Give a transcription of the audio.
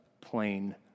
plain